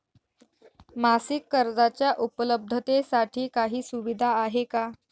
मासिक कर्जाच्या उपलब्धतेसाठी काही सुविधा आहे का?